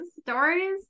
stories